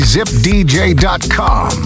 ZipDJ.com